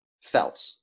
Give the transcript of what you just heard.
felt